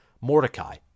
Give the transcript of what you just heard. Mordecai